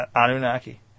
Anunnaki